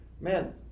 man